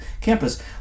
campus